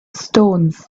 stones